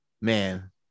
Man